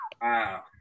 Wow